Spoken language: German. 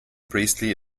priestley